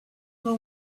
know